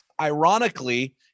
Ironically